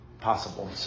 possible